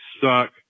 suck